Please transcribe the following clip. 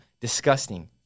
disgusting